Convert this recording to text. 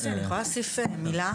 מוסי אני יכולה להוסיף מילה,